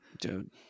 Dude